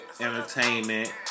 entertainment